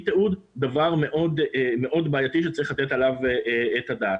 תיעוד הוא דבר מאוד בעייתי שצריך לתת עליו את הדעת.